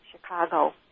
Chicago